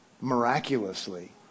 miraculously